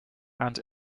and